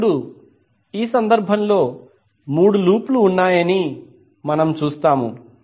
ఇప్పుడు ఈ సందర్భంలో మూడు లూప్ లు ఉన్నాయని మనము చూస్తాము